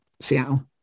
Seattle